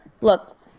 Look